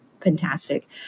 Fantastic